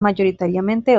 mayoritariamente